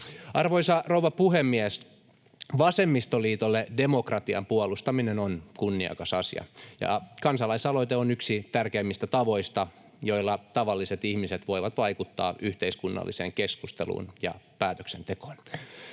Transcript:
Arvoisa rouva puhemies! Vasemmistoliitolle demokratian puolustaminen on kunniakas asia, ja kansalaisaloite on yksi tärkeimmistä tavoista, joilla tavalliset ihmiset voivat vaikuttaa yhteiskunnalliseen keskusteluun ja päätöksentekoon.